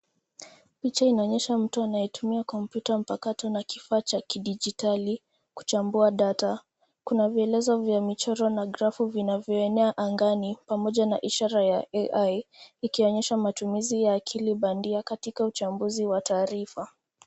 Picha inaonyesha mtu anayetumia kompyuta mpakato na kifaa cha kidijitali kuchambua data. Kuna vielezo vya michoro na graph vinavyoenea angani pamoja na ishara ya, AI, ikionyesha matumizi ya akili bandia katika uchambuzi wa taarifa.